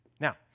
Now